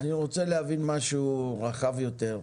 אני רוצה להבין משהו רחב יותר.